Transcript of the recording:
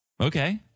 Okay